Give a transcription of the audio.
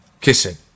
kissing